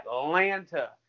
atlanta